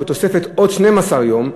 בתוספת עוד 12 יום,